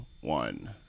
one